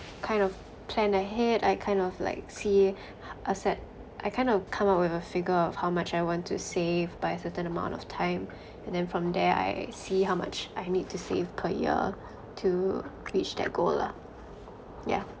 kind of plan ahead I kind of like see a set I kind of come up with a figure of how much I want to save by a certain amount of time and then from there I see how much I need to save per year to reach that goal lah yeah